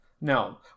No